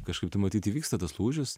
kažkaip tai matyt įvyksta tas lūžis